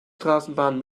straßenbahn